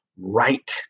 right